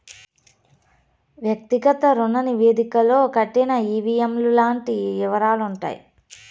వ్యక్తిగత రుణ నివేదికలో కట్టిన ఈ.వీ.ఎం లు లాంటి యివరాలుంటాయి